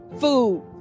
food